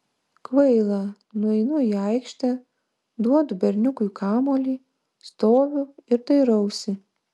kvaila nueinu į aikštę duodu berniukui kamuolį stoviu ir dairausi